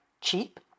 cheap